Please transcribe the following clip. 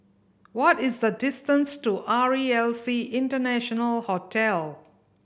what is the distance to R E L C International Hotel